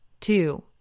two